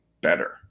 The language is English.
better